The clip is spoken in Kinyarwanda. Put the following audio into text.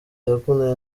yakundanye